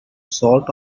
sort